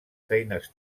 feines